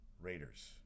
Raiders